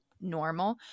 normal